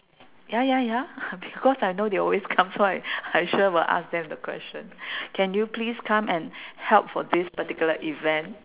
ya ya ya because I know they will always come so I I sure will ask them the question can you please come and help for this particular event